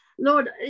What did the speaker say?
lord